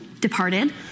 departed